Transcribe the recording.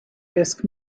risk